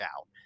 out